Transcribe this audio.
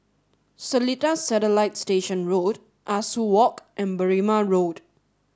Seletar Satellite Station Road Ah Soo Walk and Berrima Road